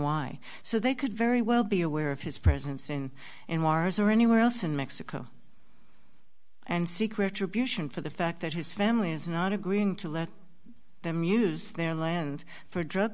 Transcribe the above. why so they could very well be aware of his presence in in juarez or anywhere else in mexico and seek retribution for the fact that his family is not agreeing to let them use their land for drug